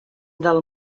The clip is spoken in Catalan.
del